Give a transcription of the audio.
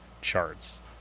charts